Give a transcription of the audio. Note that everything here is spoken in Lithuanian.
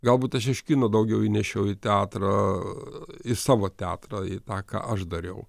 galbūt aš iš kino daugiau įnešiau į teatrą iš savo teatro į tą ką aš dariau